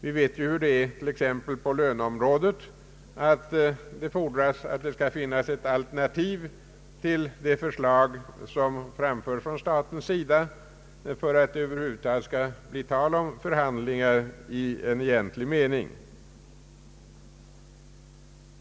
Vi vet hur det är t.ex. på löneområdet. Det fordras att det skall finnas ett alternativ som framförs från statens sida för att det skall bli tal om förhandlingar i egentlig mening.